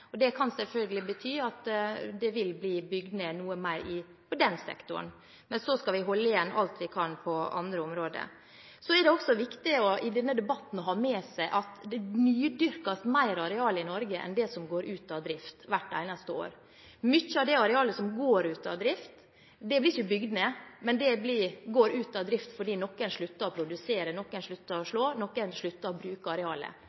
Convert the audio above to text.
Det kan selvfølgelig bety at det vil bli bygd ned noe mer i den sektoren. Men vi skal holde igjen alt vi kan på andre områder. Det er også viktig i denne debatten å ha med seg at det nydyrkes mer areal i Norge enn det som går ut av drift – hvert eneste år. Mye av det arealet som går ut av drift, blir ikke bygd ned, men det går ut av drift fordi noen slutter å produsere, noen slutter å slå, noen slutter å bruke arealet.